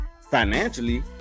financially